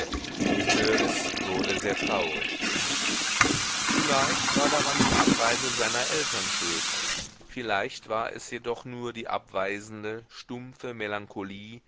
wurde sehr traurig vielleicht war daran die abreise seiner eltern schuld vielleicht war es jedoch nur die abweisende stumpfe melancholie